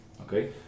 okay